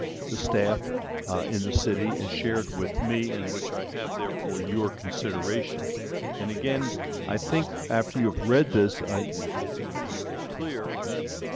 the staff in the city and shared with me and which i have there for your consideration and again i think after you have read this it's pretty clear that